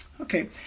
Okay